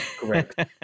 correct